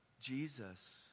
Jesus